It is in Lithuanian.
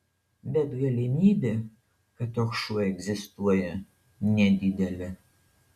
bet galimybė kad toks šuo egzistuoja nedidelė